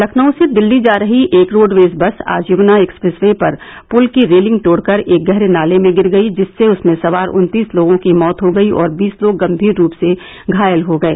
लखनऊ से दिल्ली जा रही एक रोडवेज बस आज यमुना एक्सप्रेस वे पर पुल की रेलिंग तोड़कर एक गहरे नाले में गिर गयी जिससे उसमें सवार उन्तीस लोगों की मौत हो गयी और बीस लोग गम्भीर रूप से घायल हो गये